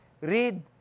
Read